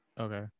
okay